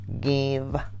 give